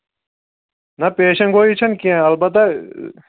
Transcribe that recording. نہ پیشَن گویی چھنہٕ کیٚنٛہہ البتہ